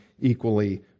equally